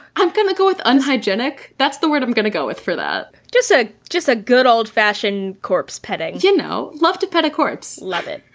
i'm gonna go with unhygienic. that's the word i'm gonna go with for that. just ah just a good old fashioned corpse petting. v you know, love to pet a corpse. love it.